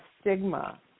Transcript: stigma